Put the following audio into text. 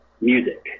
music